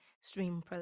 stream